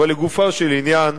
לגופו של עניין,